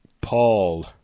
Paul